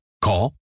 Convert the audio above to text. Call